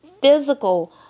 physical